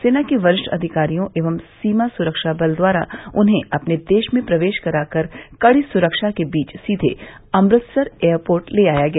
सेना के वरिष्ठ अधिकारियों एवं सीमा सुरक्षा बल द्वारा उन्हें अपने देश में प्रवेश करा कर कड़ी सुरक्षा के बीच सीघे अमृतसर एयरपोर्ट ले आया गया